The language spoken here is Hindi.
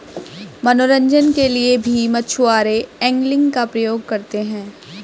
मनोरंजन के लिए भी मछुआरे एंगलिंग का प्रयोग करते हैं